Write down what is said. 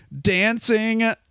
dancing